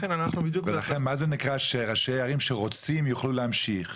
ולכן מה זה נקרא שראשי ערים שרוצים יוכלו להמשיך?